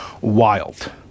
wild